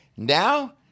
Now